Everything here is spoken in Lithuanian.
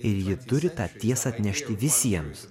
ir ji turi tą tiesą atnešti visiems